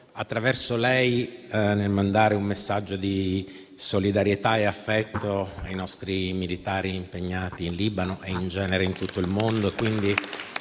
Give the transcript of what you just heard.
attraverso lei, un messaggio di solidarietà e affetto ai nostri militari impegnati in Libano e in genere in tutto il mondo.